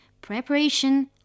preparation